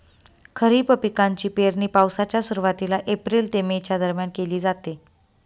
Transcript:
खरीप पिकांची पेरणी पावसाच्या सुरुवातीला एप्रिल ते मे च्या दरम्यान केली जाते